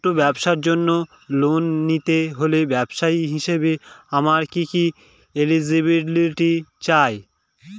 ছোট ব্যবসার জন্য লোন নিতে হলে ব্যবসায়ী হিসেবে আমার কি কি এলিজিবিলিটি চাই?